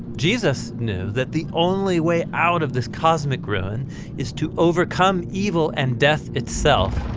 jesus knew that the only way out of this cosmic ruin is to overcome evil and death itself,